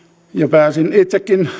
pääsin itsekin